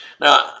Now